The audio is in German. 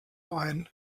ein